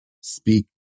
speak